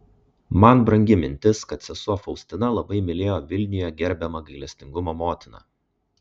man brangi mintis kad sesuo faustina labai mylėjo vilniuje gerbiamą gailestingumo motiną